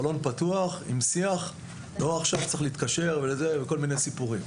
חלון פתוח עם שיח ולא שעכשיו צריך להתקשר וכל מיני סיפורים.